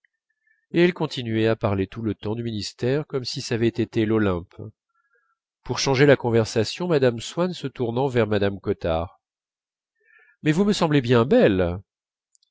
et elle continuait à parler tout le temps du ministère comme si ç'avait été l'olympe pour changer la conversation mme swann se tournait vers mme cottard mais vous me semblez bien belle